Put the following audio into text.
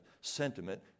sentiment